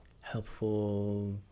helpful